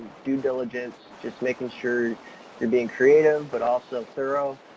due diligence, just making sure you're being creative but also thorough,